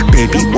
Baby